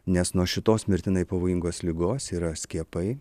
nes nuo šitos mirtinai pavojingos ligos yra skiepai